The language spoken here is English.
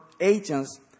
agents